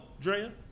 Drea